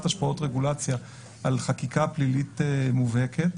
השפעות רגולציה על חקיקה פלילית מובהקת.